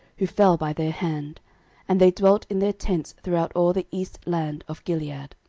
who fell by their hand and they dwelt in their tents throughout all the east land of gilead.